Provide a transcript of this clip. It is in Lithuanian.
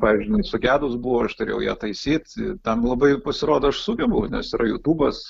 pavyzdžiui jinai sugedus buvo aš turėjau ją taisyt ir ten labai pasirodo aš sugebu nes yra jutūbas